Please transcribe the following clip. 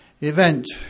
event